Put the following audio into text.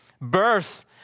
Birth